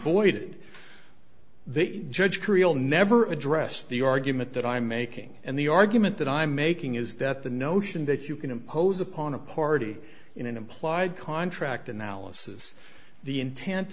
voided they judge creel never address the argument that i'm making and the argument that i'm making is that the notion that you can impose upon a party in an implied contract analysis the intent